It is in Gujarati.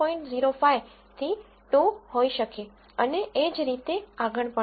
05 2 હોઈ શકે અને એ જ રીતે આગળ પણ